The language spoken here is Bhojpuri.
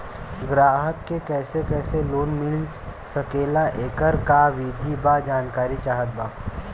ग्राहक के कैसे कैसे लोन मिल सकेला येकर का विधि बा जानकारी चाहत बा?